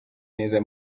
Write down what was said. neza